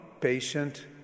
patient